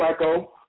Flacco